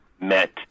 met